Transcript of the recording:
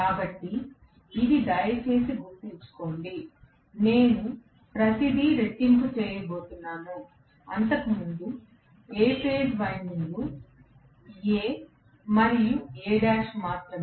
కాబట్టి ఇది దయచేసి గుర్తుంచుకోండి నేను ప్రతిదీ రెట్టింపు చేయబోతున్నాను అంతకు ముందు A ఫేజ్ వైండింగ్ A మరియు A' మాత్రమే